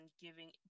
giving